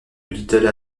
little